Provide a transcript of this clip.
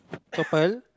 purple